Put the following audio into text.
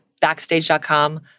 backstage.com